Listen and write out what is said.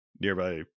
nearby